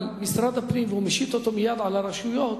משרד הפנים והוא משית אותו מייד על הרשויות,